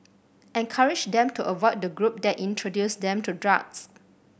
encourage them to avoid the group that introduced them to drugs